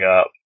up